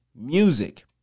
music